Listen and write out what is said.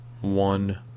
One